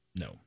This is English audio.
No